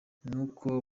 nuko